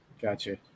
Gotcha